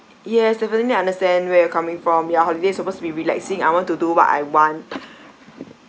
yes definitely understand where you're coming from ya holiday supposed to be relaxing I want to do what I want